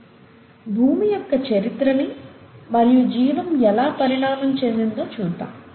Refer slide time 505 భూమి యొక్క చరిత్రని మరియు జీవం ఎలా పరిణామం చెందిందో చూద్దాం